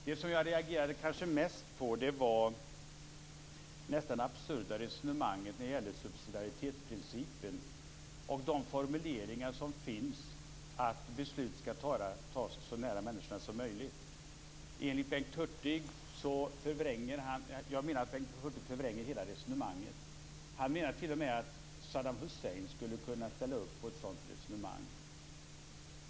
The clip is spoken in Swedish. Det jag kanske reagerade mest på var det nästan absurda resonemanget när det gäller subsidiaritetsprincipen och de formuleringar som finns om att beslut skall fattas så nära människorna som möjligt. Jag menar att Bengt Hurtig förvränger hela resonemanget. Han menar att t.o.m. Saddam Hussein skulle kunna ställa upp på detta.